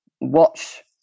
watch